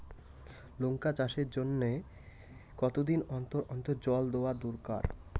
লঙ্কা চাষের জন্যে কতদিন অন্তর অন্তর জল দেওয়া দরকার?